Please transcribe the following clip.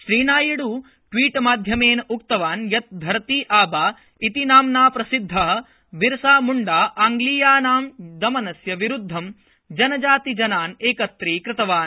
Sri Naidu tweet माध्यमेन उक्तवान् यत् धरतीआबाइति नाम्ना प्रसिद्धः बिरसा म्ण्डा आङ्ग्लीयानां दमनस्य विरुद्धं जनजातिजनान् एकत्रीकृतवान्